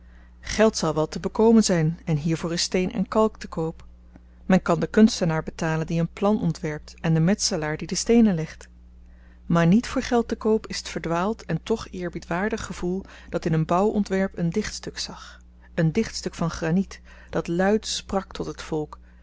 geld zal wel te bekomen zyn en hiervoor is steen en kalk te koop men kan den kunstenaar betalen die een plan ontwerpt en den metselaar die de steenen legt maar niet voor geld te koop is t verdwaald en toch eerbiedwaardig gevoel dat in een bouwontwerp een dichtstuk zag een dichtstuk van graniet dat luid sprak tot het volk